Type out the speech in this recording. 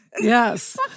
Yes